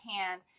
hand